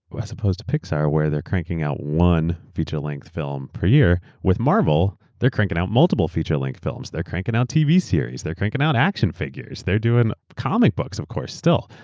as opposed to pixar where they're cranking out one feature-length film per year, with marvel they're cranking out multiple feature-length films. they're cranking out tv series. they're cranking out action figures. they're doing comic books, of course, still,